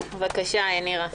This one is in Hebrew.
בבקשה, נירה.